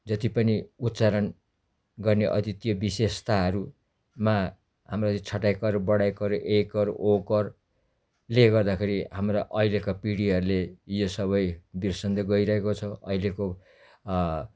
जति पनि उच्चारण गर्ने अद्वितीय विशेषताहरूमा हाम्रो यो छोटा इकर बडा इकर एकर ओकरले गर्दाखेरि हाम्रा अहिलेको पिँढीहरूले यो सबै बिर्सिँदै गइरहेको छ अहिलेको